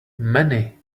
many